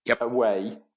away